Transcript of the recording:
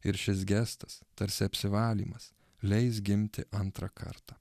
ir šis gestas tarsi apsivalymas leis gimti antrą kartą